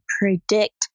predict